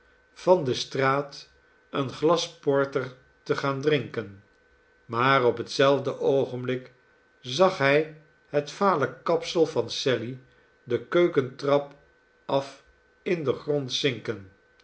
van de straat een glas porter te gaan drinken maar op hetzelfde oogenblik zag hij het vale kapsel van sally de keukentrap af in den grond zinken